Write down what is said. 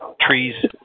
trees